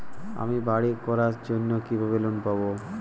আমি বাড়ি করার জন্য কিভাবে লোন পাব?